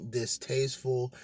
distasteful